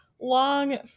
long